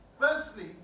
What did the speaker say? Firstly